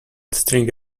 string